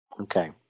Okay